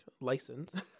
license